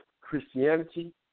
Christianity